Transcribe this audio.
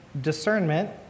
discernment